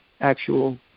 actual